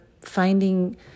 finding